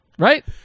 Right